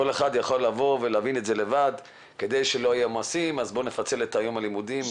כל אחד יכול להבין את זה לבד: כדי שלא יהיה עומס נפצל את יום הלימודים.